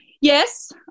Yes